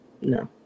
No